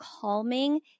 calming